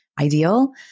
ideal